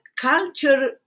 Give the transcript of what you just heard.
culture